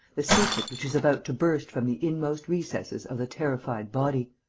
the secret which is about to burst from the inmost recesses of the terrified body.